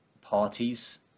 parties